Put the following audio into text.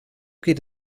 geht